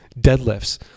deadlifts